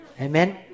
Amen